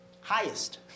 Highest